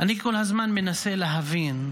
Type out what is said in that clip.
אני כל הזמן מנסה להבין,